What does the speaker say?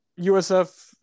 USF